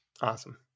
Awesome